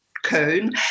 Cone